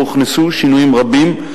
שבו הוכנסו שינויים רבים,